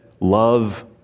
love